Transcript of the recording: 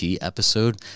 episode